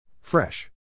Fresh